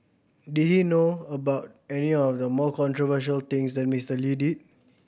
did he know about any of the more controversial things that Mister Lee did